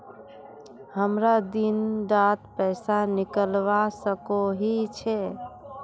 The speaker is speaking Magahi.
हमरा दिन डात पैसा निकलवा सकोही छै?